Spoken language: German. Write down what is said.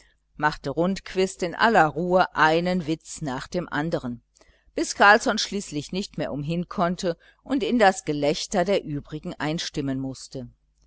machte rundquist in aller ruhe einen witz nach dem andern bis carlsson schließlich nicht mehr umhin konnte und in das gelächter der übrigen einstimmen mußte